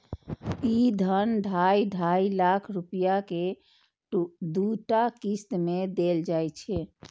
ई धन ढाइ ढाइ लाख रुपैया के दूटा किस्त मे देल जाइ छै